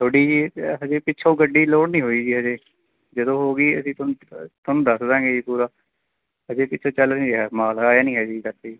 ਤੁਹਾਡੀ ਜੀ ਹਜੇ ਪਿੱਛੋਂ ਗੱਡੀ ਲੋਡ ਨਹੀਂ ਹੋਈ ਜੀ ਅਜੇ ਜਦੋਂ ਹੋ ਗਈ ਅਸੀਂ ਤੁਹਾਨੂੰ ਤੁਹਾਨੂੰ ਦੱਸ ਦਾਂਗੇ ਪੂਰਾ ਅਜੇ ਪਿਛੋਂ ਚੱਲ ਨਹੀਂ ਰਿਹਾ ਮਾਲ ਆਇਆ ਨਹੀਂ ਹੈ ਜੀ